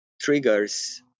triggers